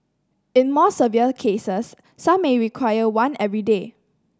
in more severe cases some may require one every day